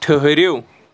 ٹھٔہرِو